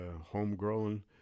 Homegrown